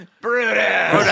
Brutus